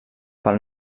pel